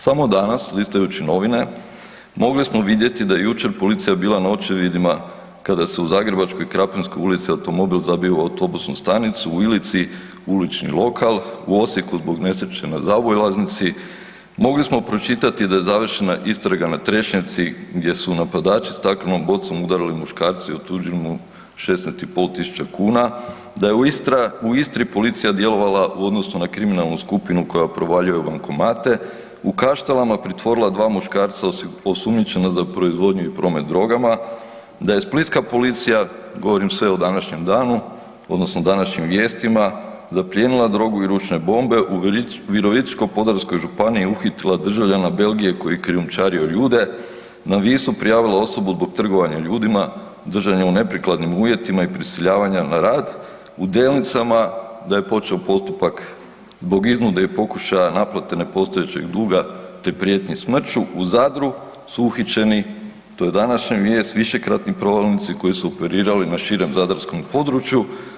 Samo danas listajući novine mogli smo vidjeti da je jučer policija bila na očevidima kada se u zagrebačkoj Krapinskoj ulici automobil zabio u autobusnu stanicu, u Ilici u ulični lokal, u Osijeku zbog nesreće na zaobilaznici, mogli smo pročitati da je završena istraga na Trešnjevci gdje su napadači staklenom bocom udarili muškarca i otuđili mu 16.500 kuna, da je u Istri policija djelovala u odnosu na kriminalnu skupinu koja provaljuje u bankomate, u Kaštelama pritvorila dva muškarca osumnjičena za proizvodnju i promet drogama, da je splitska policija govorim sve o današnjem danu odnosno današnjim vijestima zaplijenila drogu i ručne bombe, u Virovitičko-podravskoj županiji uhitila državljana Belgije koji je krijumčario ljude, na Visu prijavila osobu zbog trgovanja ljudima, držanja u neprikladnim uvjetima i prisiljavanja na rad, u Delnicama da je počeo postupak zbog iznude i pokušaja naplate nepostojećeg duga te prijetnji smrću, u Zadru su uhićeni to je današnja vijest višekratni provalnici koji su operirali na širem zadarskom području.